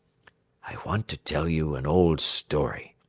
i want to tell you an old story.